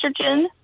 estrogen